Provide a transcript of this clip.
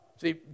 See